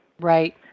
Right